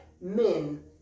men